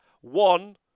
one